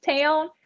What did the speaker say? town